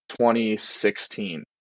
2016